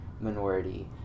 minority